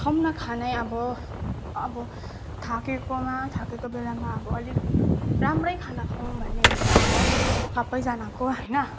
खाउँ न खानै अब थाकेकोमा थाकेको बेलामा अब अलिक राम्रै खाना खाउँ भन्ने हुन्छ अब सबैजनाको होइन